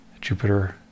Jupiter